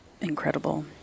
incredible